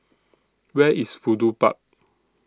Where IS Fudu Park